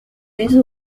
les